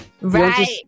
Right